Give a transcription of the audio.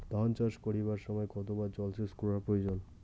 ধান চাষ করিবার সময় কতবার জলসেচ করা প্রয়োজন?